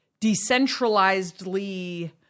decentralizedly